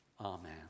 Amen